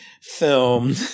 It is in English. film